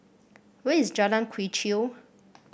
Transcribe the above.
where is Jalan Quee Chew